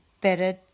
better